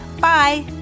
Bye